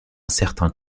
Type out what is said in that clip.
certain